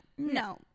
No